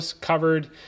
covered